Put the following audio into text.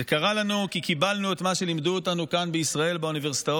זה קרה לנו כי קיבלנו את מה שלימדו אותנו כאן בישראל האינטלקטואלים